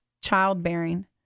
childbearing